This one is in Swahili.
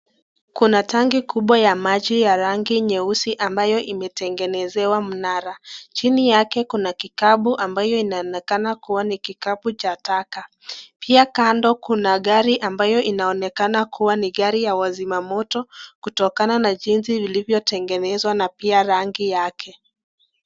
Kuna tangi kubwa ya maji ya rangi nyeusi ambaye imatengezewa mnara, chini yake kuna kikabu ambayo inayoonekana ni kikapu cha taka . Pia kando kuna gariambayo inayoonekana kua ni gari ya wazima moto kutokana na jinsi ilivyo tengenezwa na pia rangi yake.